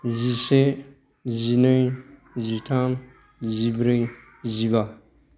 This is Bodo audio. जिसे जिनै जिथाम जिब्रै जिबा